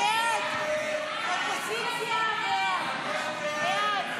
ההסתייגויות לסעיף 05